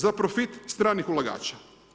Za profit stranih ulagača.